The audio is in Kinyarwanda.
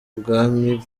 ubwami